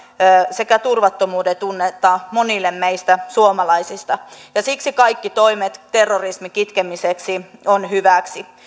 sekä turvattomuuden tunnetta monille meistä suomalaisista ja siksi kaikki toimet terrorismin kitkemiseksi ovat hyväksi